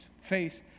face